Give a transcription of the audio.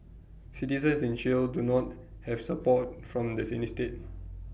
citizens in Chile do not have support from does in neat state